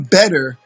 better